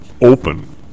open